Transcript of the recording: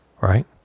Right